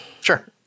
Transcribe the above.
Sure